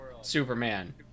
Superman